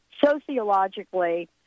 sociologically